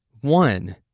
one